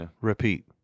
repeat